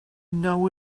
know